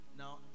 Now